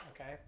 Okay